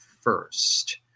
first